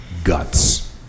guts